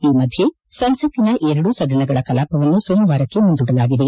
ಈ ಮಧ್ಯ ಸಂಸತ್ತಿನ ಎರಡೂ ಸದನಗಳ ಕಲಾಪವನ್ನು ಸೋಮವಾರಕ್ಕೆ ಮುಂದೂಡಲಾಗಿದೆ